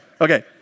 Okay